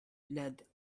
led